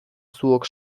zuok